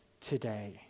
today